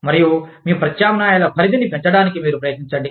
మరియు మీ ప్రత్యామ్నయాల పరిధిని పెంచడానికి మీరు ప్రయత్నించండి